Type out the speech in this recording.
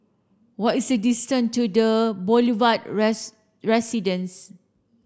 what is the distance to The Boulevard Residence